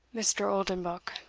mr. oldenbuck,